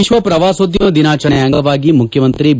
ವಿಶ್ವ ಪ್ರವಾಸೋದ್ಯಮ ದಿನಾಚರಣೆ ಅಂಗವಾಗಿ ಮುಖ್ಯಮಂತ್ರಿ ಬಿ